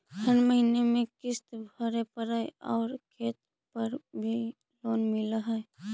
हर महीने में किस्त भरेपरहै आउ खेत पर भी लोन मिल है?